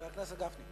חבר הכנסת משה גפני,